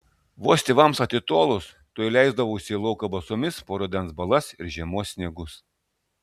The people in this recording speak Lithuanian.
vos tėvams atitolus tuoj leisdavausi į lauką basomis po rudens balas ir žiemos sniegus